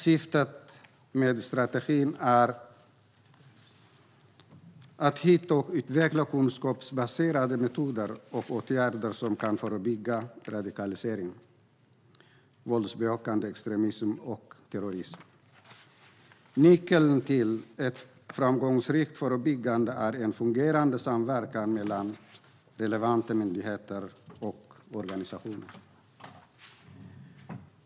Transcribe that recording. Syftet med strategin är att hitta och utveckla kunskapsbaserade metoder och åtgärder som kan förebygga radikalisering, våldsbejakande extremism och terrorism. Nyckeln till ett framgångsrikt förebyggande arbete är en fungerande samverkan mellan relevanta myndigheter och organisationer.